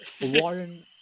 Warren